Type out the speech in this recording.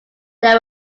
they